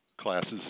classes